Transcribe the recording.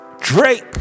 Drake